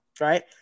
right